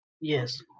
Yes